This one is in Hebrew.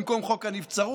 במקום חוק הנבצרות,